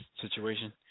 situation